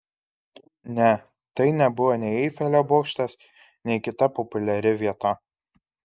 ne tai nebuvo nei eifelio bokštas nei kita populiari vieta